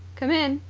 come in!